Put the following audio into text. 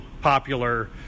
popular